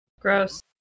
gross